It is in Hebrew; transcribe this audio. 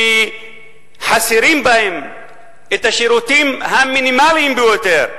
שחסרים בהם השירותים המינימליים ביותר,